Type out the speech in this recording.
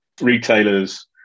retailers